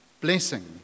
blessing